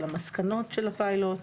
על המסקנות של הפיילוט.